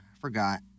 Forgot